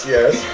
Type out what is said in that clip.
Yes